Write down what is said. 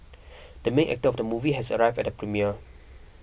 the main actor of the movie has arrived at the premiere